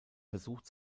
versucht